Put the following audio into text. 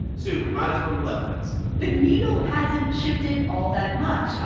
sue, remind us where we left things the needle hasn't shifted all that much.